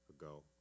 ago